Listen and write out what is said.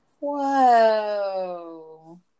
Whoa